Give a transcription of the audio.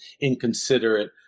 inconsiderate